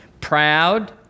Proud